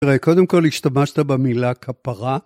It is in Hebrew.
תראה, קודם כל השתמשת במילה כפרה.